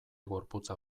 gorputza